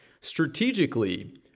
Strategically